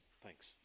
Thanks